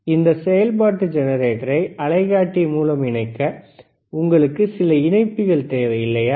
எனவே இந்த செயல்பாட்டு ஜெனரேட்டரை அலைக்காட்டி மூலம் இணைக்க உங்களுக்கு சில இணைப்பிகள் தேவை இல்லையா